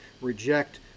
reject